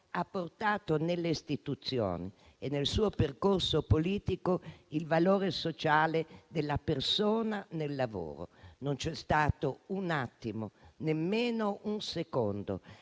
ha portato, nelle istituzioni e nel suo percorso politico, il valore sociale della persona nel lavoro. Non c'è stato un attimo, nemmeno un secondo,